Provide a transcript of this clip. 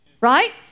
Right